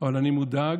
אבל אני מודאג.